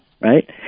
right